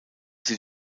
sie